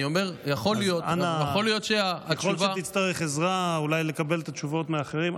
יכול להיות שתצטרך עזרה לקבל את התשובות מאחרים,